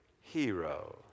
hero